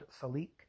Salik